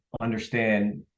understand